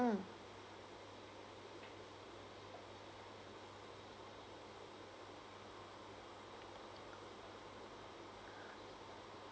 mm